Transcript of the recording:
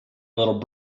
little